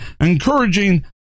encouraging